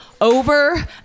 over